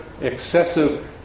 excessive